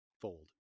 fold